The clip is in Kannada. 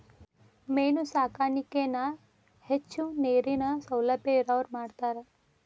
ಮೇನು ಸಾಕಾಣಿಕೆನ ಹೆಚ್ಚು ನೇರಿನ ಸೌಲಬ್ಯಾ ಇರವ್ರ ಮಾಡ್ತಾರ